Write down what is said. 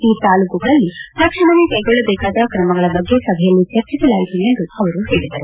ಈ ತಾಲ್ಡೂಕುಗಳಲ್ಲಿ ತಕ್ಷಣವೇ ಕೈಗೊಳ್ಳಬೇಕಾದ ಕ್ರಮಗಳ ಬಗ್ಗೆ ಸಭೆಯಲ್ಲಿ ಚರ್ಚಿಸಲಾಯಿತು ಎಂದು ಅವರು ಹೇಳಿದರು